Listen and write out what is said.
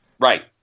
Right